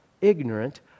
ignorant